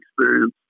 experience